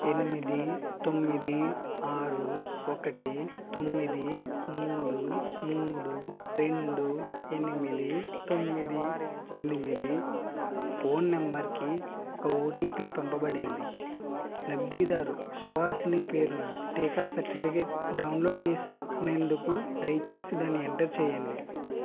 ఎనిమిది తొమ్మిది ఆరు ఒకటి తొమ్మిది మూడు మూడు రెండు ఎనిమిది తొమ్మిది ఎనిమిది ఫోన్ నంబర్కి ఒక ఓటిపి పంపబడినది లబ్ధిదారు సుహాసిని పేరున టీకా సర్టిఫికేట్ డౌన్లోడ్ చేసుకునేందుకు దయచేసి దాన్ని ఎంటర్ చెయ్యండి